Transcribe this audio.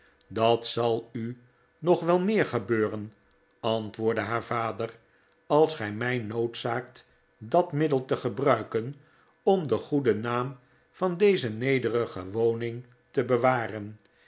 dat zal u nog wel meer gebeuren antwoordde haar vader als gij mij noodzaakt dat middel te gebruiken om den goeden naam van deze nederige woning te bewa